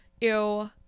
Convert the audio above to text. Ew